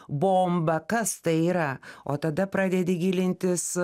bomba kas tai yra o tada pradedi gilintis